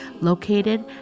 located